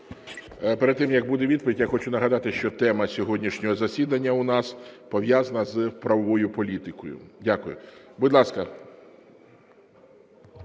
Перед тим, як буде відповідь, я хочу нагадати, що тема сьогоднішнього засідання у нас пов'язана з правовою політикою. Дякую. Будь ласка.